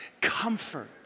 comfort